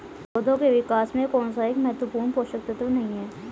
पौधों के विकास में कौन सा एक महत्वपूर्ण पोषक तत्व नहीं है?